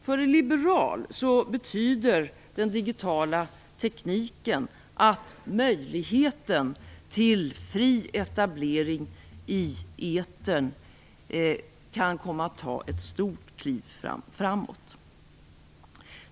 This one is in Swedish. För en liberal betyder den digitala tekniken ett stort kliv framåt när det gäller möjligheten till fri etablering i etern.